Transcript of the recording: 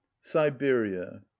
siberia